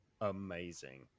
amazing